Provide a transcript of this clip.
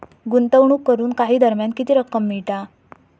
गुंतवणूक करून काही दरम्यान किती रक्कम मिळता?